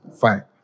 fine